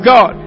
God